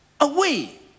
away